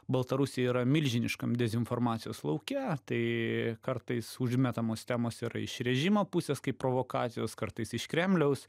baltarusija yra milžiniškam dezinformacijos lauke tai kartais užmetamos temos yra iš režimo pusės kaip provokacijos kartais iš kremliaus